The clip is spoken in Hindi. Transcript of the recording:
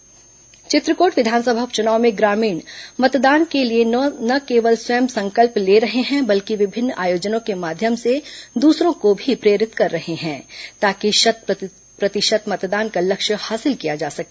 मतदान रैली चित्रकोट विधानसभा उप चुनाव में ग्रामीण मतदान के लिए न केवल स्वयं संकल्प ले रहे हैं बल्कि विभिन्न आयोजनों के माध्यम से दूसरों को भी प्रेरित कर रहे हैं ताकि शत प्रतिशत मतदान का लक्ष्य हासिल किया जा सके